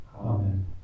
Amen